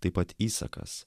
taip pat įsakas